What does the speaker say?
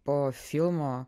po filmo